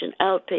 outpatient